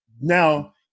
Now